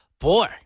boy